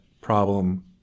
problem